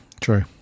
True